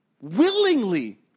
willingly